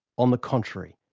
on the contrary,